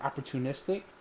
opportunistic